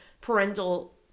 parental